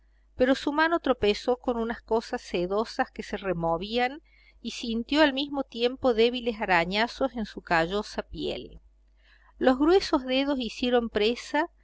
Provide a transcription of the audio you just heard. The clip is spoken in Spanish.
pero su mano tropezó con unas cosas sedosas que se removían y sintió al mismo tiempo débiles arañazos en su callosa piel los gruesos dedos hicieron presa